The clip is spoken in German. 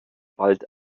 bald